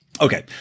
Okay